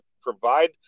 provide